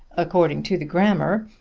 according to the grammar,